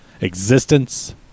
existence